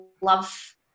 love